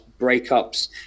breakups